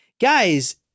Guys